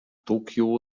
tokyo